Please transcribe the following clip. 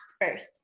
first